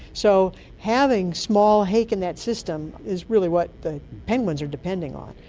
so having small hake in that system is really what the penguins are depending on,